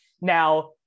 Now